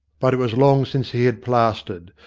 but it was long since he had plastered,